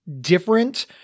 different